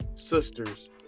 sister's